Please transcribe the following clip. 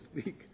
speak